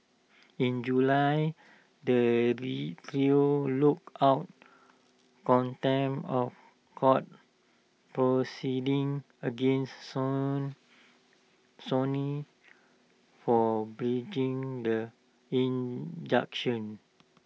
in July the T trio look out contempt of court proceedings against song Sony for breaching the injunction